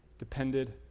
depended